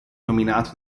nominato